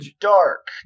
Dark